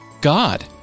God